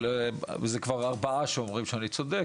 כבר ארבעה שאומרים שאני צודק,